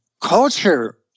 culture